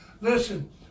Listen